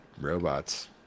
robots